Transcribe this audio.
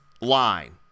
line